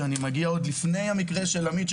אנחנו יושבים פה היום בזכות המקרה של עמית.